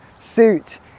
suit